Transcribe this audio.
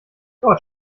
dort